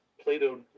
Plato